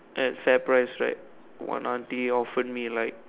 at fairprice right one auntie offered me like